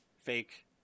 fake